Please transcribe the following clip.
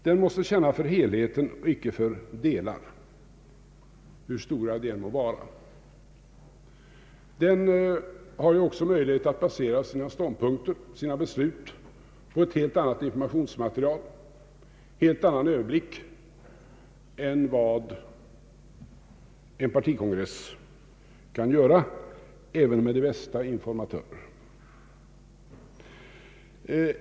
Den måste känna för helheten och icke för delar, hur stora de än må vara. Den har ju också möjlighet att basera sina ståndpunkter och beslut på helt annat informationsmaterial och har en helt annan överblick än en partikongress, även med de bästa informatörer.